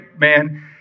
man